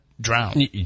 drown